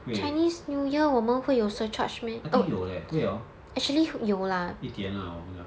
会 I think 有 leh 会 hor 一点啦我们的